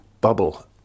bubble